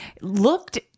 looked